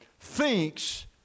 thinks